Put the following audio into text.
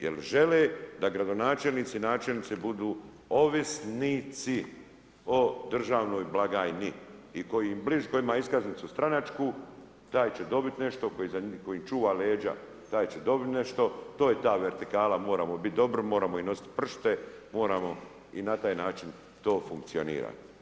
Jer žele da gradonačelnici i načelnici budu ovisnici o državnoj blagajni i koji ima iskaznicu stranačku, taj će dobit nešto, koji čuva leđa, taj će dobit nešto, to je ta vertikala, moramo bit dobro, moramo im nosit pršute, moramo i na taj način to funkcionira.